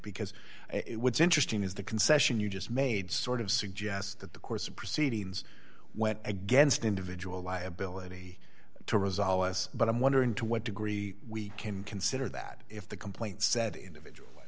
because it was interesting is the concession you just made sort of suggests that the course of proceedings went against individual liability to resolve us but i'm wondering to what degree we can consider that if the complaint said individual